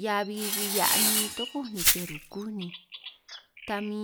'hiabi si hea'nin tokó ne' chej rukuj ni, ta min